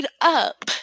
up